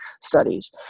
studies